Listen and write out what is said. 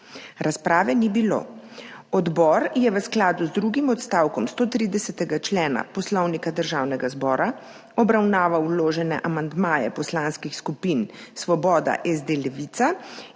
Razprave ni bilo. Odbor je v skladu z drugim odstavkom 130. člena Poslovnika Državnega zbora obravnaval vložene amandmaje poslanskih skupin Svoboda, SD, Levica,